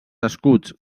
escuts